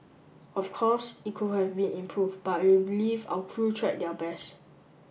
of course it could have been improved but will believe our crew tried their best